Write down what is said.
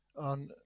On